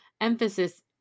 emphasis